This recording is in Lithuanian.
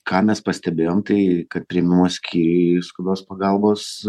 ką mes pastebėjom tai kad priėmimo skyriuj skubios pagalbos